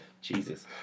Jesus